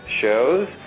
shows